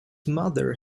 mother